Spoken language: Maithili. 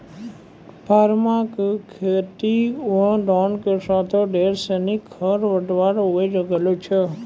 परमा कॅ खेतो मॅ धान के साथॅ ढेर सिनि खर पतवार उगी गेलो छेलै